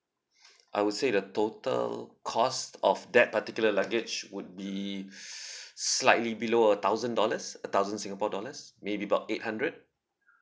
I would say the total cost of that particular luggage would be slightly below a thousand dollars a thousand singapore dollars maybe about eight hundred